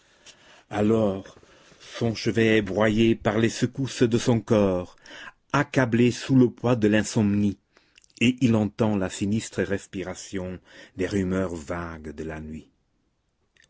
alors son chevet est broyé par les secousses de son corps accablé sous le poids de l'insomnie et il entend la sinistre respiration des rumeurs vagues de la nuit